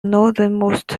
northernmost